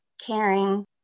caring